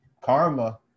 Karma